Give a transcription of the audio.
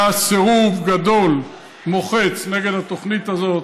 היה סירוב גדול, מוחץ, נגד התוכנית הזאת,